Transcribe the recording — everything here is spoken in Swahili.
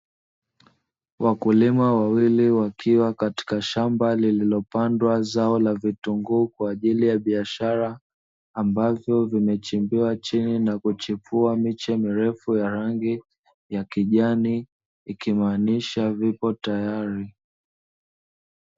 Wakulima wawili wakiwa katika shamba lililopandwa zao la vitunguu kwajili ya zao la biashara; ambavyo vimechimbiwa chini na kuchipua miche mirefu ya rangi ya kijani, ikimaanisha vipo tayari.